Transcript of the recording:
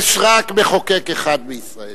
יש רק מחוקק אחד בישראל,